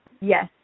Yes